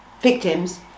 victims